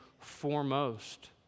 foremost